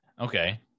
okay